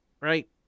right